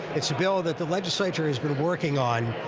it's a bill that the legislature has been working on,